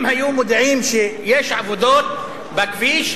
אם היו מודיעים שיש עבודות בכביש,